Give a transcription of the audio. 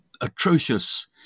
atrocious